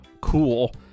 cool